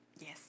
Yes